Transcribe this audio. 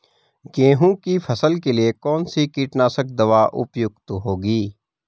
गेहूँ की फसल के लिए कौन सी कीटनाशक दवा उपयुक्त होगी?